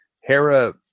Hera